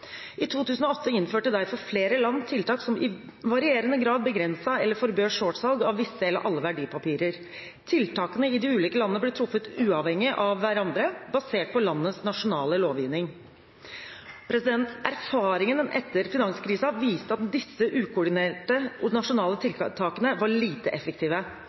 I 2008 innførte derfor flere land tiltak som i varierende grad begrenset eller forbød shortsalg av visse eller alle verdipapirer. Tiltakene i de ulike landene ble truffet uavhengig av hverandre basert på landenes nasjonale lovgivning. Erfaringene etter finanskrisen viste at disse ukoordinerte nasjonale tiltakene var lite effektive.